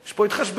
יש פה התחשבנויות.